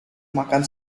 makan